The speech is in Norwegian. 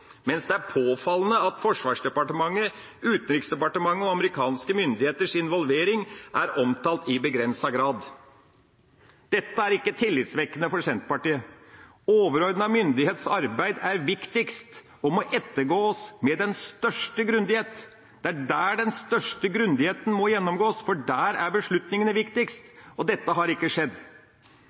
mens det er påfallende at Forsvarsdepartementets, Utenriksdepartementets og amerikanske myndigheters involvering er omtalt i begrenset grad. Dette er ikke tillitvekkende for Senterpartiet. Overordnet myndighets arbeid er viktigst og må ettergås med den største grundighet. Det er der den største grundigheten må gjennomgås, for der er beslutningene viktigst, og dette har ikke skjedd.